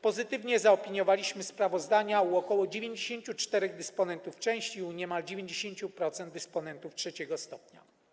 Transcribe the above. Pozytywnie zaopiniowaliśmy sprawozdania u ok. 94 dysponentów części u niemal 90% dysponentów trzeciego stopnia.